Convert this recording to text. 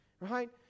right